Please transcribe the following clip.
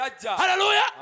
Hallelujah